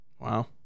Wow